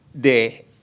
de